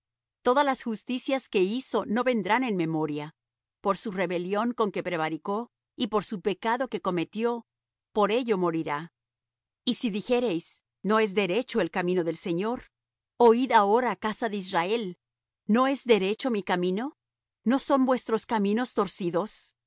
todas las justicias que hizo no vendrán en memoria por su rebelión con que prevaricó y por su pecado que cometió por ello morirá y si dijereis no es derecho el camino del señor oid ahora casa de israel no es derecho mi camino no son vuestros caminos torcidos